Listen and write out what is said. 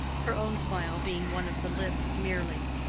her own smile being one of the lip merely.